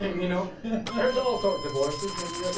you know there's all sort divorces, and